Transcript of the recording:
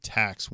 tax